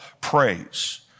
praise